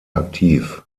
aktiv